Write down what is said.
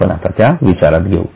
आपण आता त्या विचारात घेऊ